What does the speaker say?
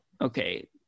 okay